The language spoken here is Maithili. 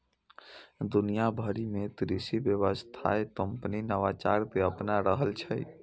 दुनिया भरि मे कृषि व्यवसाय कंपनी नवाचार कें अपना रहल छै